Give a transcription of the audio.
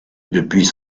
depuis